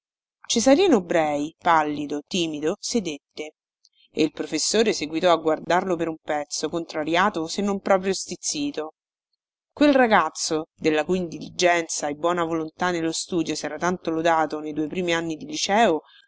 segga cesarino brei pallido timido sedette e il professore seguitò a guardarlo per un pezzo contrarito se non proprio stizzito quel ragazzo della cui diligenza e buona volontà nello studio sera tanto lodato ne due primi anni di liceo